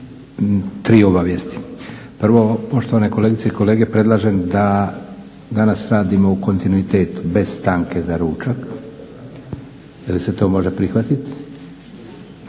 tri obavijesti. Prvo, poštovane kolegice i kolege predlažem da danas radimo u kontinuitetu bez stanke za ručak. Jel se to može prihvatiti?